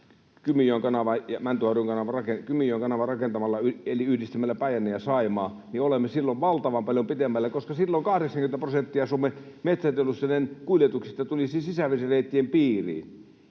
Kymijoen kanavaa ja Mäntyharjun kanavaa rakentamalla, eli yhdistämällä Päijänne ja Saimaa, niin olemme silloin valtavan paljon pitemmällä, koska silloin 80 prosenttia Suomen metsäteollisuuden kuljetuksista tulisi sisävesireittien piiriin,